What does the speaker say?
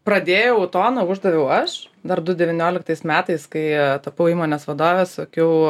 pradėjau toną uždaviau aš dar du devyniolikais metais kai tapau įmonės vadove sakiau